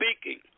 speaking